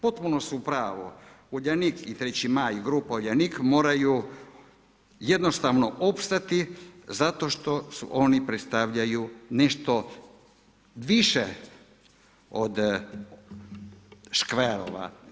Potpuno su u pravu, Uljanik i Treći Maj i grupa Uljanik moraju jednostavno opstati zato što oni predstavljaju nešto više od škverova.